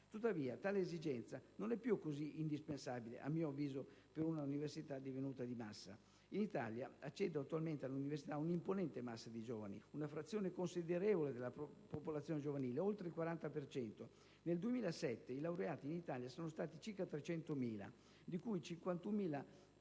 Tuttavia, tale esigenza non è più così indispensabile, a mio avviso, per un'università divenuta di massa. In Italia accede attualmente all'università un'imponente massa di giovani, una frazione considerevole della popolazione giovanile, oltre il 40 per cento. Nel 2007 i laureati in Italia sono stati circa 300.000, di cui 51.040